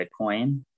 Bitcoin